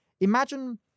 imagine